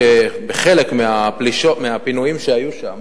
שלפחות בחלק מהפינויים שהיו שם